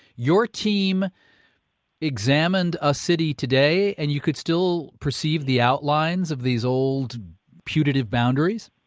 your team examined a city today, and you could still perceive the outlines of these old putative boundaries?